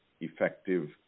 effective